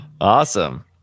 Awesome